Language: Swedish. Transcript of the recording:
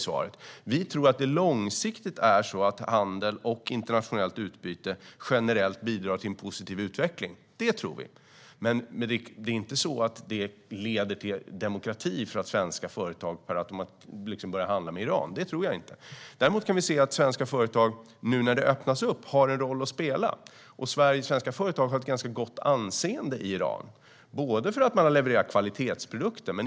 Jag tror att handel och internationellt utbyte generellt bidrar till en positiv utveckling. Men jag tror inte att det per automatik leder till demokrati om svenska företag börjar handla med Iran. Däremot kan vi se att svenska företag, nu när det öppnas upp i Iran, har en roll att spela. Svenska företag har ett ganska gott anseende i Iran därför att de levererar kvalitetsprodukter.